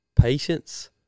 patience